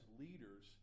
leaders